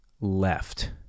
left